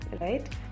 right